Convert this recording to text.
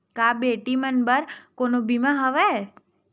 का बेटी मन बर कोनो बीमा हवय?